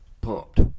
pumped